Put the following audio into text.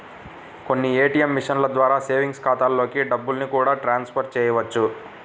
కొన్ని ఏ.టీ.యం మిషన్ల ద్వారా సేవింగ్స్ ఖాతాలలోకి డబ్బుల్ని కూడా ట్రాన్స్ ఫర్ చేయవచ్చు